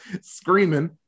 screaming